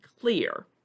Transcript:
clear